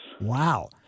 Wow